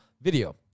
video